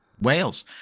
Wales